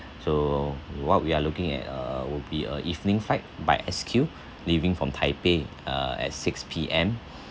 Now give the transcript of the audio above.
so what we are looking at uh would be a evening flight by SQ leaving from taipei uh at six P_M